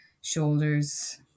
shoulders